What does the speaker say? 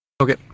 Okay